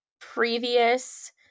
previous